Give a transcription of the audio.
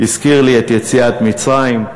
הזכיר לי את יציאת מצרים,